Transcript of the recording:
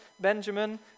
Benjamin